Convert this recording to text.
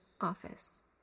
office